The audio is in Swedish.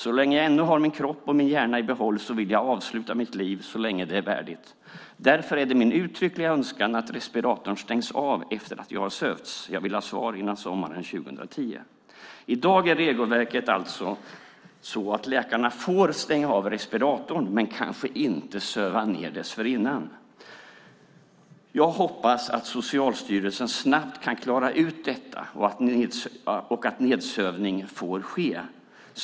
Så länge jag ännu har min kropp och min hjärna i behåll så vill jag avsluta mitt liv så länge det är värdigt. Därför är det min uttryckliga önskan att respiratorn stängs av efter att jag har sövts. Jag vill ha svar innan sommaren 2010. I dag är regelverket alltså så att läkarna får stänga av respiratorn men kanske inte söva ned dessförinnan. Jag hoppas att Socialstyrelsen snabbt kan klara ut detta och att nedsövning får ske.